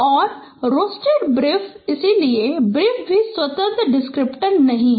और rotated brief इसलिए brief भी स्वतंत्र डिस्क्रिप्टर नहीं है